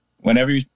Whenever